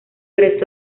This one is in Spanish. resto